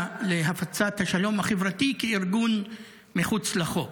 להפצת השלום החברתי כארגון מחוץ לחוק.